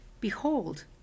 Behold